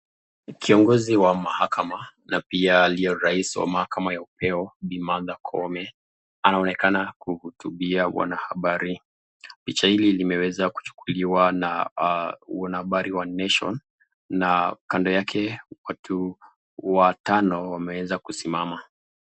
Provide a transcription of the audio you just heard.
Kiongozi wa mahaka na pia aliyekuwa rais wa mahaka ya ya upeo Bi Martha Koome, anaonekana kuhutubia wanahabari, picha hili limeweza kuchukuliwa na wanahabari wa nation , na kando yake watu watano wameweza kusimama.